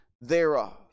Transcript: thereof